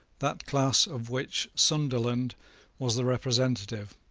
that class of which sunderland was the representative,